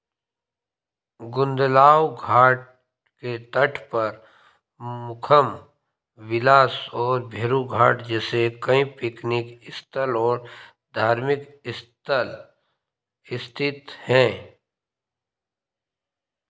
गुंदलाव घाट के तट पर मुखम विलास और भेरू घाट जैसे कई पिकनिक स्थल और धार्मिक स्थल स्थित हैं